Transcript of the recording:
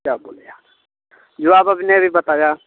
क्या बोलें हम जो आप अपने अभी बताया